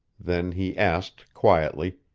then he asked quietly